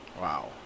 Wow